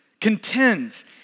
contends